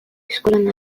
eskolan